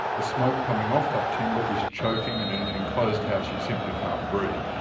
the smoke coming off that timber is choking, and in an enclosed house, you simply can't breathe.